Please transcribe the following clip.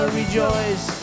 rejoice